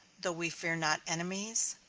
though we fear not enemies?